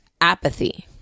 apathy